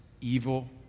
evil